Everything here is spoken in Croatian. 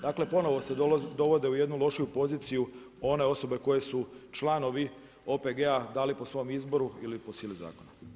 Dakle, ponovo se dovode u jednu lošiju poziciju one osobe koje su članovi OPG-a da li po svojem izboru ili po sili zakona.